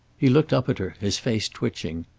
he looked up at her, his face twitching.